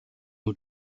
new